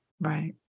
Right